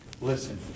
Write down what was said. listen